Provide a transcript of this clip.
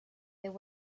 there